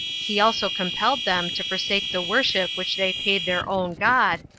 he also compelled them to forsake the worship which they paid their own god,